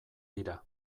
dira